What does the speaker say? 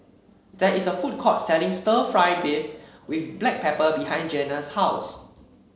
there is a food court selling stir fry beef with Black Pepper behind Jeanna's house